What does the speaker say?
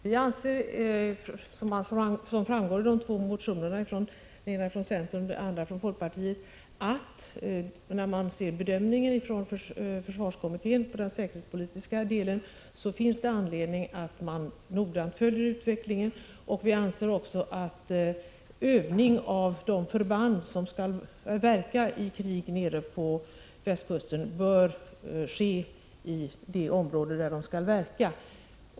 Vi anser, som framgår av de två motionerna — den ena från centern och den andra från folkpartiet — att det med hänsyn till försvarskommitténs bedömning av den säkerhetspolitiska delen finns anledning att noggrant följa utvecklingen. Vi anser också att övning av de förband 31 som skall verka i krig på västkusten bör ske i de områden där de skall verka.